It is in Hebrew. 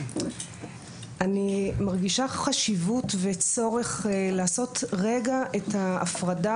אני מרגישה חשיבות וצורך לעשות רגע את ההפרדה